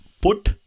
Put